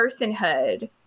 personhood